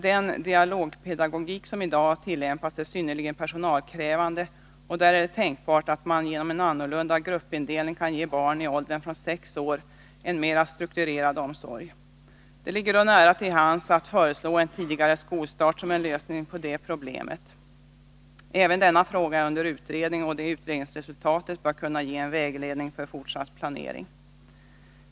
Den dialogpedagogik som i dag tillämpas är synnerligen personalkrävande, och där är det tänkbart att man genom en annorlunda gruppindelning kan ge barn i åldern från sex år en mera strukturerad omsorg. Det ligger då nära till hands att föreslå en tidigare skolstart som en lösning på det problemet. Även denna fråga är under utredning, och det utredningsresultatet bör kunna ge en vägledning för fortsatt planering.